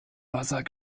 wasser